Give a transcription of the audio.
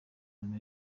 ubumwe